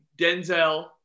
Denzel